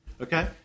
Okay